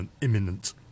imminent